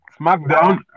SmackDown